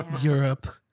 Europe